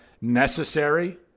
necessary